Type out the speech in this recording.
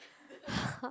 !huh!